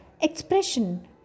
expression